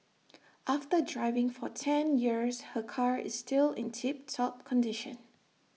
after driving for ten years her car is still in tip top condition